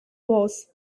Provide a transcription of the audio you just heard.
wars